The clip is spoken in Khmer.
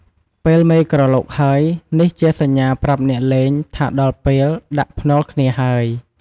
ពេលមេក្រឡុកហើយ នេះជាសញ្ញាប្រាប់អ្នកលេងថាដល់ពេលដាក់ភ្នាល់គ្នាហើយ។